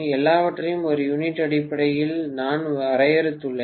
எல்லாவற்றையும் ஒரு யூனிட் அடிப்படையில் நான் வரையறுத்துள்ளேன்